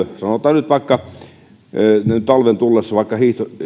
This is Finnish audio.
nyt talven tullessa näin vaikka